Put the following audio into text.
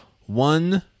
one